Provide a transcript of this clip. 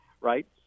right